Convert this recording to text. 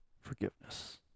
forgiveness